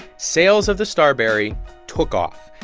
sales of the starbury took off.